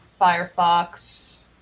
Firefox